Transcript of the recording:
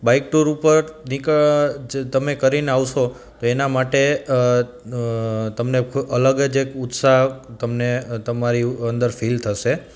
bike tour ઉપર તમે કરીને આવશો તો એના માટે તમને અલગ જ એક ઉત્સાહ તમને તમારી અંદર ફિલ થશે